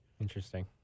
Interesting